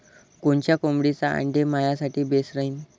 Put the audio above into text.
कोनच्या कोंबडीचं आंडे मायासाठी बेस राहीन?